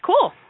cool